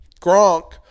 Gronk